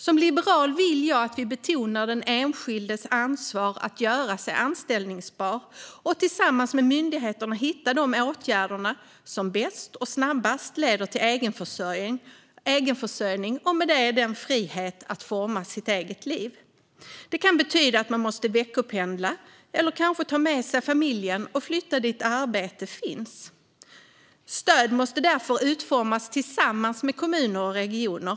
Som liberal vill jag att vi betonar den enskildes ansvar att göra sig anställbar och tillsammans med myndigheterna hitta de åtgärder som bäst och snabbast leder till egenförsörjning och med den frihet att forma sitt liv. Det kan betyda att man måste veckopendla eller kanske ta med sig familjen och flytta dit arbete finns. Stöd måste därför utformas tillsammans med kommuner och regioner.